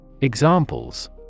Examples